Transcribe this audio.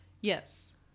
Yes